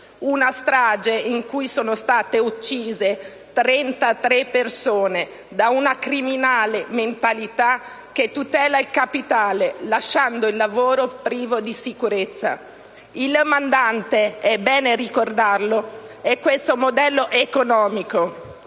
Una strage in cui sono state uccise 33 persone da una criminale mentalità che tutela il capitale lasciando il lavoro privo di sicurezza. Il mandante, è bene ricordarlo, è questo modello economico.